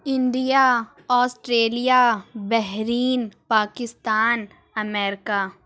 India Australia Bahrain Pakistan America